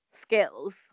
skills